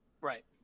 Right